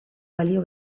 balio